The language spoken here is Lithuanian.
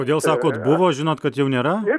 kodėl sakot buvo žinot kad jau nėra